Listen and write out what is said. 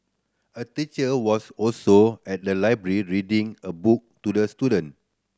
a teacher was also at the library reading a book to the student